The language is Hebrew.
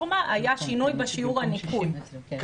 לחכות עכשיו לבסיס נתונים אנחנו יודעים מה המציאות.